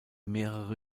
mehrere